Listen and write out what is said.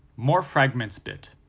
more fragments bit.